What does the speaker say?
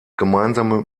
gemeinsame